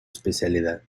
especialidad